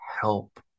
help